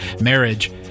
Marriage